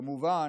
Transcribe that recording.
כמובן,